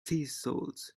thistles